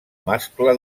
mascle